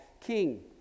king